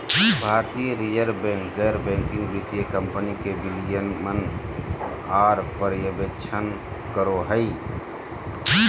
भारतीय reserve bank गैर banking वित्तीय कम्पनी के विनियमन आर पर्यवेक्षण करो हय